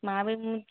मां बि